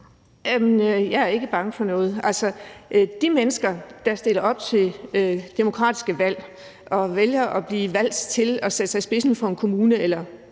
Jeg er ikke bange for noget. Altså, de mennesker, der stiller op til demokratiske valg og vælger at blive valgt til at sætte sig i spidsen for en kommune eller